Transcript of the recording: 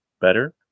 better